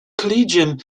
collegium